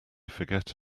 forget